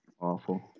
awful